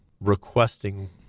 requesting